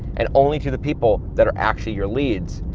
and only to the people that are actually your leads,